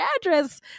address